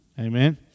Amen